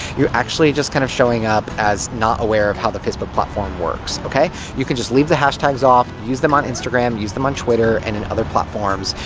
you're actually just kinda kind of showing up as not aware of how the facebook platform works, ok? you can just leave the hashtags off. use them on instagram, use them on twitter, and in other platforms,